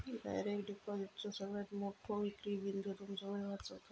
direct डिपॉजिटचो सगळ्यात मोठो विक्री बिंदू तुमचो वेळ वाचवता